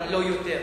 אבל לא יותר,